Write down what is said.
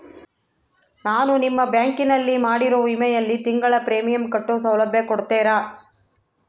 ನಾನು ನಿಮ್ಮ ಬ್ಯಾಂಕಿನಲ್ಲಿ ಮಾಡಿರೋ ವಿಮೆಯಲ್ಲಿ ತಿಂಗಳ ಪ್ರೇಮಿಯಂ ಕಟ್ಟೋ ಸೌಲಭ್ಯ ಕೊಡ್ತೇರಾ?